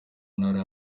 ntara